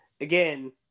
again